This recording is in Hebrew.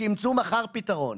שימצאו מחר פתרון,